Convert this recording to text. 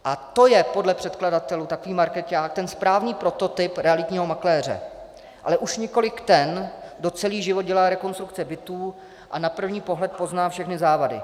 A to je podle předkladatelů takový markeťák, ten správný prototyp realitního makléře, ale už nikoliv ten, kdo celý život dělá rekonstrukce bytů a na první pohled pozná všechny závady.